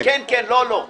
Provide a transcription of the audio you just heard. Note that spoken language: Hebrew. כן, כן, לא, לא.